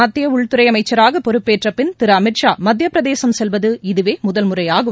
மத்திய உள்துறை அமைச்சராக பொறுப்பேற்றபின் திரு அமித்ஷா மத்திய பிரதேசம் செல்வது இதுவே முதல்முறையாகும்